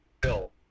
bill